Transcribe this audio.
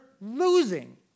losing